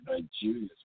Nigeria